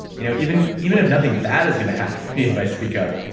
you know even even if nothing bad is going to happen to me if i speak up,